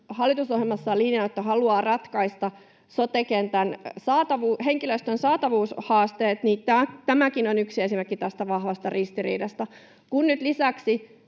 hallitusohjelmassaan linjannut haluavansa ratkaista sote-kentän henkilöstön saatavuushaasteet, niin tämäkin on yksi esimerkki tästä vahvasta ristiriidasta. Kun nyt lisäksi